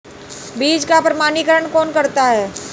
बीज का प्रमाणीकरण कौन करता है?